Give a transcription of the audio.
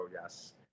yes